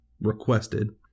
requested